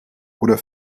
oder